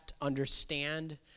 understand